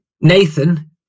Nathan